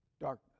darkness